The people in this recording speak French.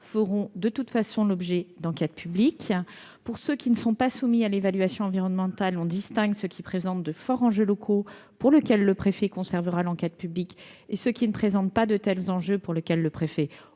feront de toute façon l'objet d'enquêtes publiques. Pour ceux qui ne sont pas soumis à l'évaluation environnementale, on distingue ceux qui présentent de forts enjeux locaux, pour lesquels le préfet conservera l'enquête publique, de ceux qui n'induisent pas de tels enjeux, pour lesquels le préfet opérera